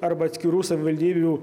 arba atskirų savivaldybių